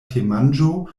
temanĝo